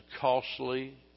costly